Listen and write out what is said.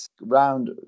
Round